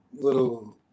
little